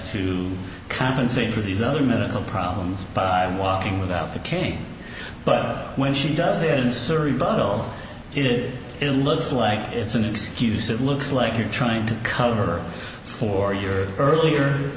to compensate for these other medical problems by walking without the cane but when she does it in surrey bottle it looks like it's an excuse it looks like you're trying to cover for your earlier